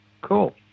Cool